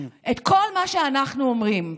את כל מה שאנחנו אומרים.